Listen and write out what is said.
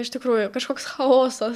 iš tikrųjų kažkoks chaosas